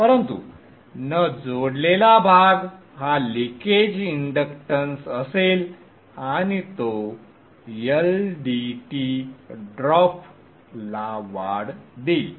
परंतु न जोडलेला भाग एक लीकेज इंडक्टन्स असेल आणि तो Ldtdrop ला वाढ देईल